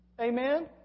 Amen